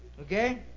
okay